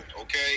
Okay